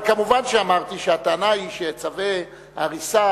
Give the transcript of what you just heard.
אבל מובן שאמרתי שהטענה היא שבצווי הריסה